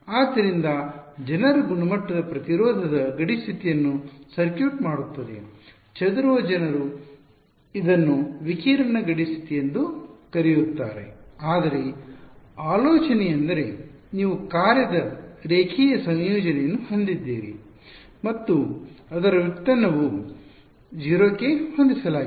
ಆದ್ದರಿಂದ ಜನರ ಗುಣಮಟ್ಟದ ಪ್ರತಿರೋಧದ ಗಡಿ ಸ್ಥಿತಿಯನ್ನು ಸರ್ಕ್ಯೂಟ್ ಮಾಡುತ್ತದೆ ಚದುರುವ ಜನರು ಇದನ್ನು ವಿಕಿರಣ ಗಡಿ ಸ್ಥಿತಿ ಎಂದು ಕರೆಯುತ್ತಾರೆ ಆದರೆ ಆಲೋಚನೆಯೆಂದರೆ ನೀವು ಕಾರ್ಯದ ರೇಖೀಯ ಸಂಯೋಜನೆಯನ್ನು ಹೊಂದಿದ್ದೀರಿ ಮತ್ತು ಅದರ ವ್ಯುತ್ಪನ್ನವನ್ನು 0 ಕ್ಕೆ ಹೊಂದಿಸಲಾಗಿದೆ